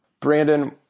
Brandon